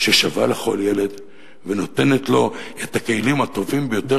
ששווה לכל ילד ונותנת לו את הכלים הטובים ביותר